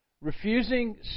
refusing